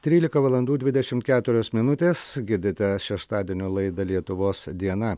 trylika valandų dvidešimt keturios minutės girdite šeštadienio laidą lietuvos diena